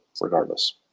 regardless